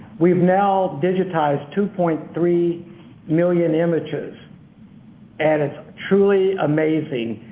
we've now digitized two point three million images and it's truly amazing.